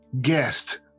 guest